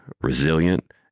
resilient